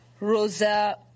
Rosa